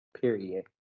Period